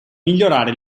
migliorare